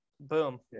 boom